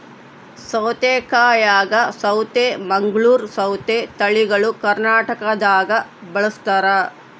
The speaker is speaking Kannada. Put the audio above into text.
ಸೌತೆಕಾಯಾಗ ಸೌತೆ ಮಂಗಳೂರ್ ಸೌತೆ ತಳಿಗಳು ಕರ್ನಾಟಕದಾಗ ಬಳಸ್ತಾರ